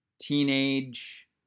teenage